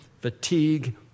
fatigue